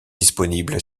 disponible